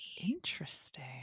Interesting